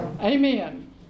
Amen